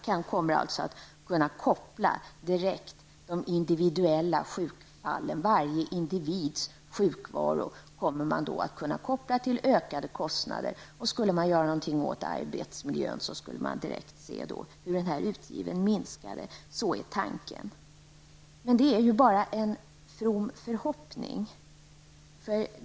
Man kommer alltså att kunna koppla varje individs sjukfrånvaro till ökade kostnader, och skulle man göra något åt arbetsmiljön, skulle man direkt kunna se hur utgiften minskade. Så är tanken. Men detta är bara en from förhoppning.